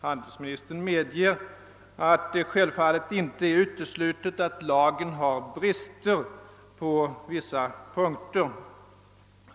Handelsministern medger att det självfallet inte är uteslutet att lagen har brister på vissa punkter.